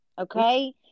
okay